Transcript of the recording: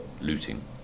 looting